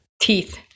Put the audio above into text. teeth